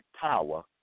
power